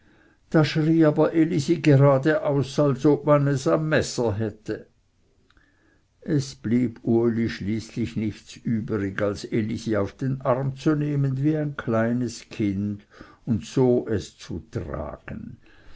aber elisi geradeaus als ob man es am messer hätte es blieb uli endlich nichts übrig als elisi auf den arm zu nehmen wie ein kleines kind und so es zu tragen